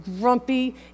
grumpy